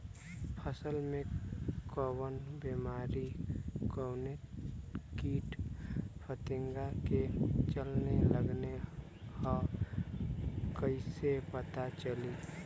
फसल में कवन बेमारी कवने कीट फतिंगा के चलते लगल ह कइसे पता चली?